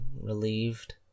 relieved